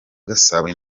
gasabo